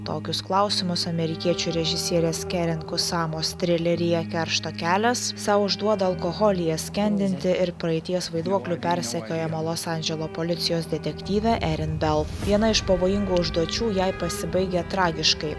tokius klausimus amerikiečių režisierės keren kusamos trileryje keršto kelias sau užduoda alkoholyje skendinti ir praeities vaiduoklių persekiojama los andželo policijos detektyvė erin bel viena iš pavojingų užduočių jai pasibaigia tragiškai